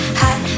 hot